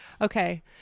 Okay